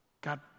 God